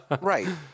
Right